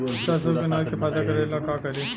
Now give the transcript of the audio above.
सरसो के अनाज फायदा करेला का करी?